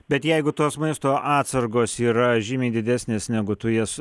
bet jeigu tos maisto atsargos yra žymiai didesnės negu tu jas